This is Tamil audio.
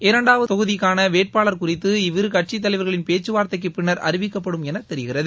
இரண்டாவது தொகுதிக்கான வேட்பாளர் குறித்து இவ்விரு கட்சி தலைவர்களின் பேச்சுவார்த்தைக்கு பின்னர் அறிவிக்கப்படும் என தெரிகிறது